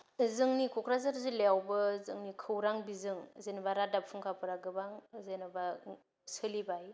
जोंनि क'क्राझार जिल्लायावबो जोंनि खौरां बिजों जेनोबा रादाब फुंखाफोरा गोबां जेनोबा सोलिबाय